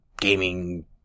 Gaming